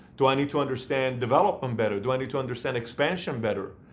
do i need to understand development better? do i need to understand expansion better?